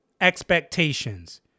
Expectations